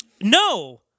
No